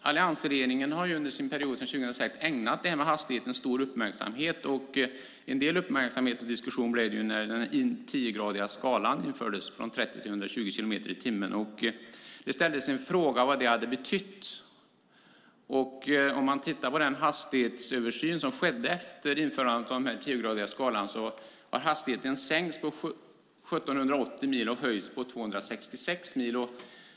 Alliansregeringen har sedan 2006 ägnat hastigheten stor uppmärksamhet. Det blev en del uppmärksamhet och diskussion när den tiogradiga skalan med hastigheter från 30 till 120 kilometer i timmen infördes. Det ställdes en fråga om vad det har betytt. I den hastighetsöversyn som skedde efter införandet av den här tiogradiga skalan kan man se att hastigheten har sänkts på 1 780 mil och höjts på 266 mil.